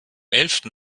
elften